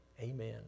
Amen